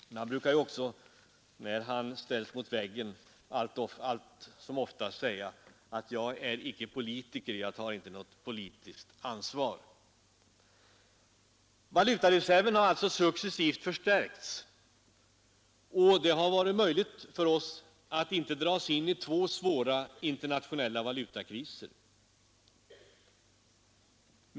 Men han brukar ju också, när han ställs mot väggen, allt som oftast säga: ”Jag är icke politiker, jag tar inte något politiskt ansvar.” Valutareserven har alltså successivt förstärkts, och det har varit möjligt för oss att inte dras in i två svåra internationella valutakriser.